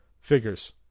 figures